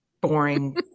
boring